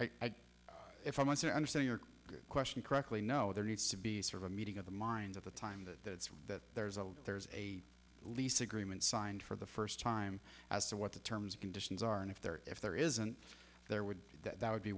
are if i want to understand your question correctly no there needs to be sort of a meeting of the minds of the time that that there's a there's a lease agreement signed for the first time as to what the terms conditions are and if there are if there isn't there would that would be